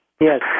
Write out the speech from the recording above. Yes